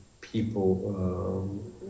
people